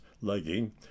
legging